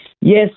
Yes